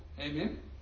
Amen